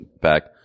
back